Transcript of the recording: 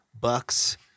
Bucks